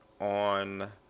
on